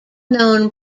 known